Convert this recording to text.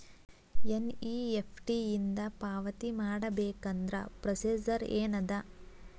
NEFT ಇಂದ ಪಾವತಿ ಮಾಡಬೇಕಂದ್ರ ಪ್ರೊಸೇಜರ್ ಏನದ